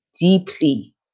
deeply